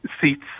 seats